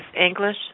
English